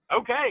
Okay